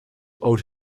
owed